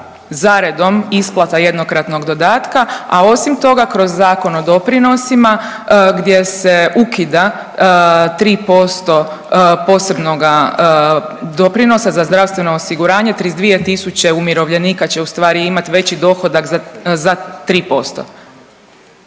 zaredom isplata jednokratnog dodatka, a osim toga kroz Zakon o doprinosima gdje se ukida 3% posebnoga doprinosa za zdravstveno osiguranje 32 tisuće umirovljenika će ustvari imati veći dohodak za 3%.